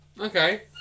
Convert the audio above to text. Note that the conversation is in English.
Okay